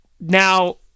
now